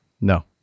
No